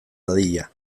dadila